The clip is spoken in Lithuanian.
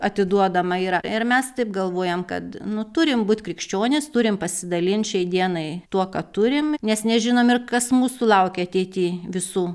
atiduodama yra ir mes taip galvojam kad nu turim būt krikščionys turim pasidalint šiai dienai tuo ką turim nes nežinom ir kas mūsų laukia ateity visų